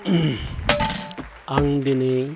आं दिनै